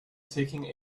taking